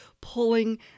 pulling